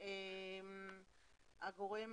הגורם